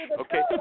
Okay